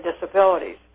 disabilities